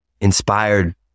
inspired